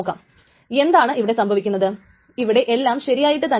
കാരണം T2 ന്റെ timestamp T യുടെ ടൈം സ്റ്റാമ്പിനേക്കാൾ ചെറുതാകാം